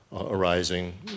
arising